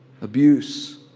abuse